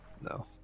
No